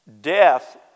death